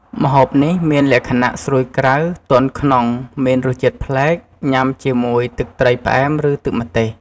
ម្ហូបនេះមានលក្ខណៈស្រួយក្រៅ ទន់ក្នុង មានរសជាតិប្លែក ញ៉ាំជាមួយទឹកត្រីផ្អែម ឬទឹកម្ទេស។